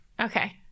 Okay